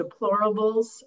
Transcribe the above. deplorables